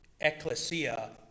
ecclesia